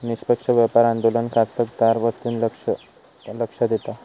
निष्पक्ष व्यापार आंदोलन खासकरान वस्तूंवर लक्ष देता